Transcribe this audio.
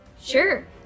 Sure